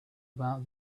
about